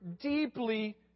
deeply